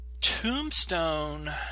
Tombstone